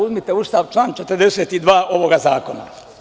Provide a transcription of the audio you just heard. Uzmite Ustav, član 42. ovoga zakona.